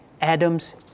Adam's